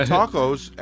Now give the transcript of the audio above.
tacos